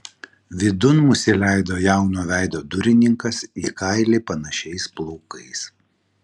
vidun mus įleido jauno veido durininkas į kailį panašiais plaukais